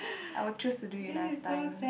I will choose to do it when I have time